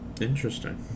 interesting